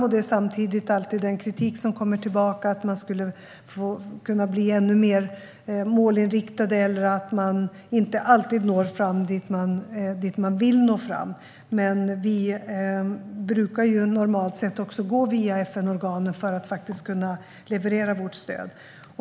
Samtidigt är det alltid en kritik som kommer tillbaka att vi skulle kunna bli ännu mer målinriktade eller att vi inte når fram dit vi vill nå fram. Men vi brukar normalt sett gå via FN-organen för att kunna leverera vårt stöd.